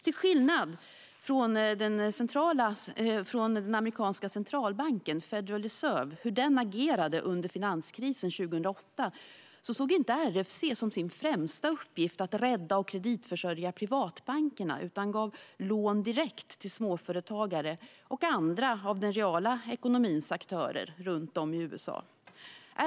Till skillnad från hur den amerikanska centralbanken, Federal Reserve, agerade under finanskrisen 2008 såg inte RFC som sin främsta uppgift att rädda och kreditförsörja privatbankerna utan gav lån direkt till småföretagare och andra av den reala ekonomins aktörer runt om i USA.